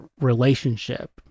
relationship